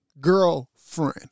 girlfriend